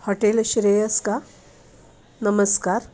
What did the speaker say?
hotel Shreyas का नमस्कार